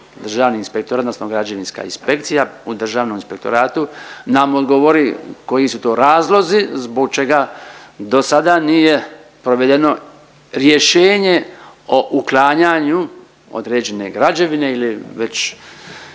Državni inspektorat odnosno građevinska inspekcija u Državnom inspektoratu nam odgovori koji su to razlozi zbog čega do sada nije provedeno rješenje o uklanjanju određene građevine ili već